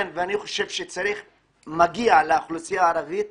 אני חושב שמגיע לאוכלוסייה הערבית